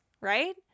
right